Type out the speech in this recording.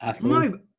No